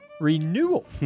Renewal